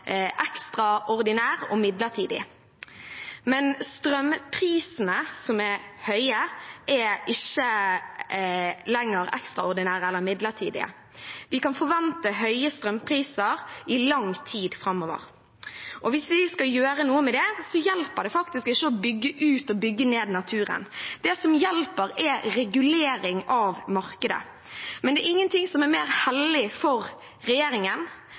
ekstraordinær og midlertidig. Men strømprisene, som er høye, er ikke lenger ekstraordinære eller midlertidige. Vi kan forvente høye strømpriser i lang tid framover. Hvis vi skal gjøre noe med det, hjelper det faktisk ikke å bygge ut og bygge ned naturen. Det som hjelper, er regulering av markedet, men det er ingenting som er mer hellig for regjeringen